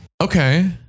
Okay